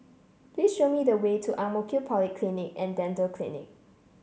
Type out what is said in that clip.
please show me the way to Ang Mo Kio Polyclinic And Dental Clinic